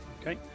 Okay